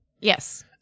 yes